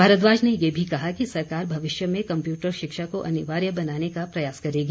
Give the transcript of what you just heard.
भारद्वाज ने ये भी कहा कि सरकार भविष्य में कंप्यूटर शिक्षा को अनिवार्य बनाने का प्रयास करेगी